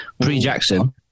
Pre-Jackson